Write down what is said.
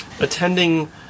attending